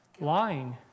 Lying